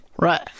Right